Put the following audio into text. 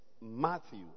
Matthew